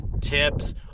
tips